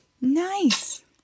Nice